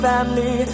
Family